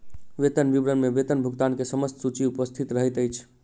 वेतन विवरण में वेतन भुगतान के समस्त सूचि उपस्थित रहैत अछि